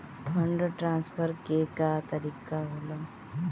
Fund transfer के का तरीका होला?